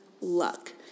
luck